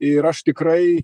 ir aš tikrai